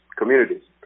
communities